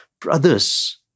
brothers